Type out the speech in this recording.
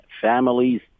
families